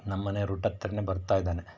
ನಮ್ಮನೇ route ಹತ್ರನೇ ಬರ್ತಾ ಇದ್ದಾನೆ